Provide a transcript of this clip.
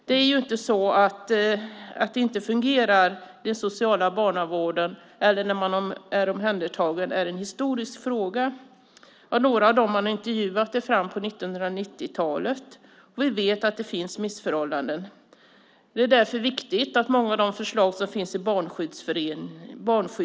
Det är inte så att detta med att den sociala barnavården inte fungerar eller att detta med att vara omhändertagen är en historisk fråga - för några av dem som intervjuats gäller det till fram på 1990-talet. Vi vet att det finns missförhållanden. Det är därför viktigt med många av förslagen i Barnskyddsutredningen.